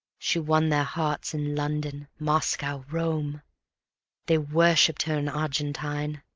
she won their hearts in london, moscow, rome they worshiped her in argentine,